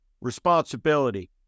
responsibility